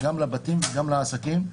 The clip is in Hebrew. לבתים וגם לעסקים.